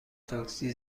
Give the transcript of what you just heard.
تاکسی